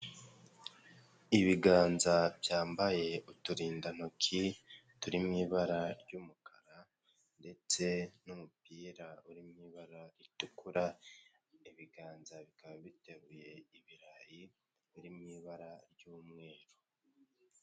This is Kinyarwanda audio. Ibiganza byambaye uturindantoki turi mu ibara ry'umukara, ndetse n'umupira uri mu ibara ritukura, ibiganza bikaba biteruye ibirayi biri mu ibara ry'umweru.